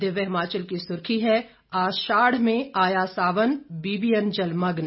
दिव्य हिमाचल की सुर्खी है आषाढ़ में आया सावन बीबीएन जलमग्न